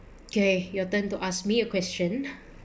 okay your turn to ask me a question